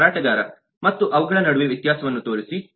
ಮಾರಾಟಗಾರ ಮತ್ತು ಅವುಗಳ ನಡುವೆ ವ್ಯತ್ಯಾಸವನ್ನು ತೋರಿಸಿ